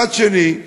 מצד שני,